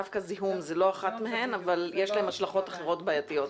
דווקא זיהום היא לא אחת מהן אבל יש להן השלכות אחרות בעייתיות.